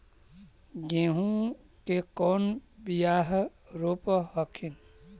गेहूं के कौन बियाह रोप हखिन?